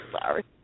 sorry